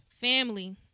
Family